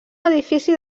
edifici